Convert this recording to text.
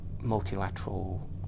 multilateral